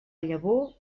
llavor